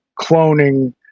cloning